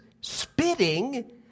spitting